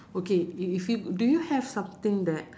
okay if if you do you have something that